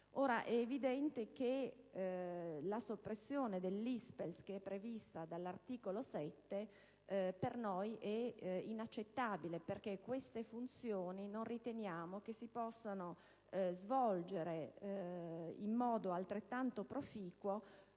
È evidente che la soppressione dell'ISPESL prevista dall'articolo 7 per noi è inaccettabile perché queste funzioni non riteniamo possano essere svolte in modo altrettanto proficuo